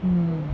mm